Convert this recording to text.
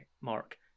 Mark